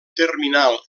terminal